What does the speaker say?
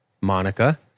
Monica